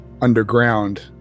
underground